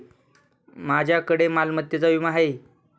माझ्याकडे मालमत्तेचा विमा आहे